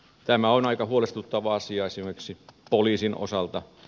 tämä on aika huolestuttava asia esimerkiksi poliisin osalta